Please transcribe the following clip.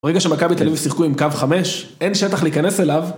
ברגע שמכבי תל אביב שיחקו עם קו חמש, אין שטח להיכנס אליו.